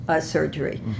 surgery